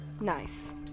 Nice